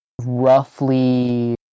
roughly